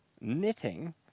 Knitting